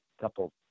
couple